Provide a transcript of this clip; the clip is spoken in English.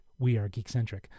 wearegeekcentric